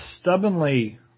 stubbornly